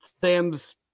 Sam's